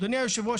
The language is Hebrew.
אדוני היושב-ראש,